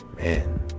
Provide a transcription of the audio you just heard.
Man